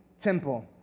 temple